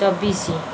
ଚବିଶି